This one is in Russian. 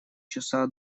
часа